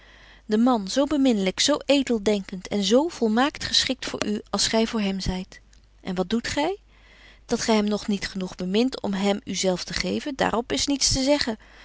de man zo beminlyk zo edel denkent en zo volmaakt geschikt voor u als gy voor hem zyt wat doet gy dat gy hem nog niet genoeg bemint om hem u zelf te geven daar op is niets te zeggen